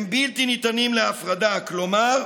הן בלתי ניתנות להפרדה, כלומר,